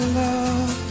love